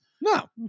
No